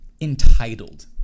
entitled